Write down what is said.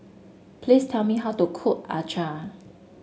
please tell me how to cook Acar